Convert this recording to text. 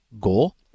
goal